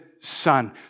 Son